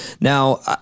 Now